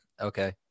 Okay